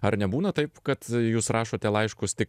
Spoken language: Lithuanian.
ar nebūna taip kad jūs rašote laiškus tik